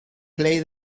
play